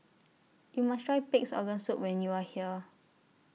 YOU must Try Pig'S Organ Soup when YOU Are here